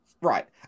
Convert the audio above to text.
Right